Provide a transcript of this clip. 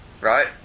Right